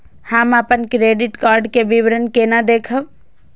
हम अपन credit card के विवरण केना देखब?